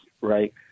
right